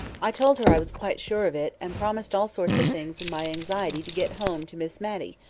i told her i was quite sure of it, and promised all sorts of things in my anxiety to get home to miss matty,